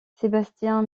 sébastien